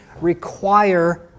require